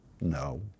No